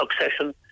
succession